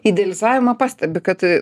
idealizavimą pastebi kad